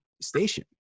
station